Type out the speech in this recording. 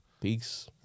Peace